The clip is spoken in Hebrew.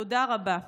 תודה רבה.